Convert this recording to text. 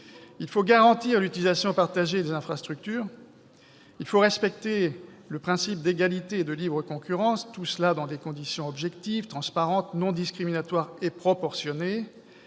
il faut garantir l'utilisation partagée des infrastructures, il faut respecter le principe d'égalité et de libre concurrence, tout cela dans des conditions objectives, transparentes, non discriminatoires et proportionnées.